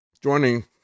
joining